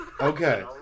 Okay